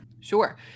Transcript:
Sure